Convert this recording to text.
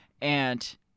and-